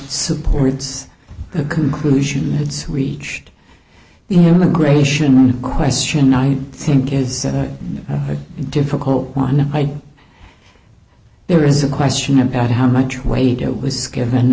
supports the conclusion it's reached the immigration question i think is a difficult one there is a question about how much weight it was given